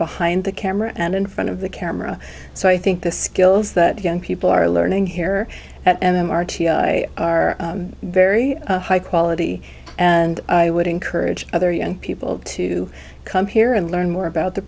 behind the camera and in front of the camera so i think the skills that young people are learning here at m m r t i are very high quality and i would encourage other young people to come here and learn more about the